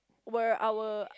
were our